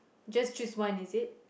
just choose one is it